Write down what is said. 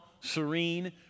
serene